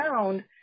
found